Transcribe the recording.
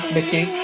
Mickey